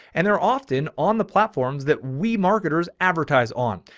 and they're often on the platforms that we marketers advertise on.